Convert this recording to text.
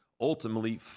ultimately